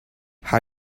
how